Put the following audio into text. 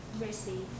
mercy